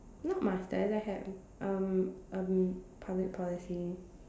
not masters I have um um public policy